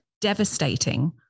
devastating